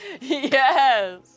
Yes